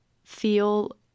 feel